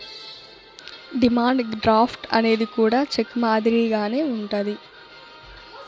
demand draft అనేది కూడా cheque మాదిరిగానే ఉంటది